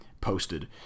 posted